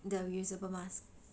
the reusable mask